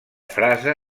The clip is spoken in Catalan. frase